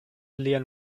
lian